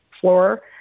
floor